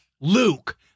Luke